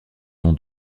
nom